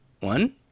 one